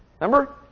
Remember